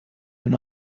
una